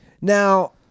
Now